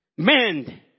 Mend